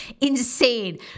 insane